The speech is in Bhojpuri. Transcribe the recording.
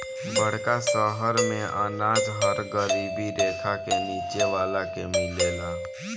बड़का शहर मेंअनाज हर गरीबी रेखा के नीचे वाला के मिलेला